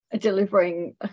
delivering